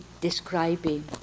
describing